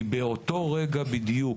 כי באותו רגע בדיוק,